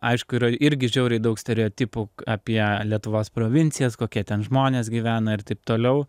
aišku yra irgi žiauriai daug stereotipų apie lietuvos provincijas kokia ten žmonės gyvena ir taip toliau